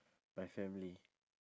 my family